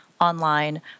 online